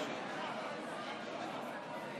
מצביע מרב מיכאלי,